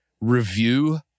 Review